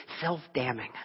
self-damning